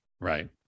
Right